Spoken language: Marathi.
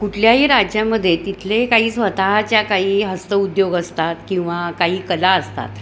कुठल्याही राज्यामध्ये तिथले काही स्वतःच्या काही हस्तउद्योग असतात किंवा काही कला असतात